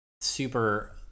super